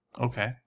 Okay